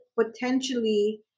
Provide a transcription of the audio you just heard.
potentially